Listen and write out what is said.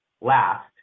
Last